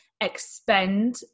expend